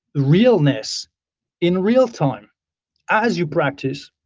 realness in real time as you practice,